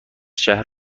شهر